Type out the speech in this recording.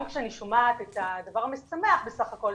כשאני שומעת את הדבר המשמח בסך הכול,